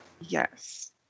Yes